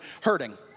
hurting